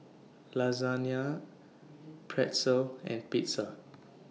Lasagne Pretzel and Pizza